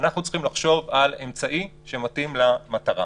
אנחנו צריכים לחשוב על אמצעי שמתאים למטרה.